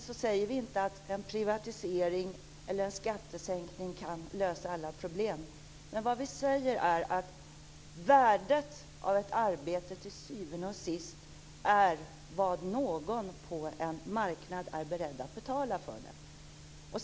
Vi säger inte att en privatisering eller skattesänkning kan lösa alla problem. Men vi säger att värdet av ett arbete till syvende och sist är vad någon på en marknad är beredd att betala för det.